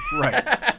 Right